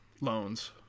loans